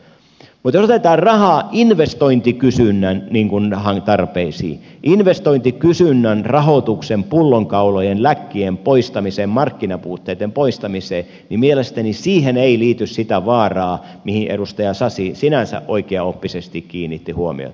mutta jos otetaan rahaa investointikysynnän tarpeisiin investointikysynnän rahoituksen pullonkaulojen läkkien poistamiseen markkinapuutteitten poistamiseen niin mielestäni siihen ei liity sitä vaaraa mihin edustaja sasi sinänsä oikeaoppisesti kiinnitti huomiota